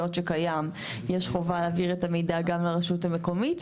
שקיים יש חובה להעביר את המידע גם לרשות המקומית.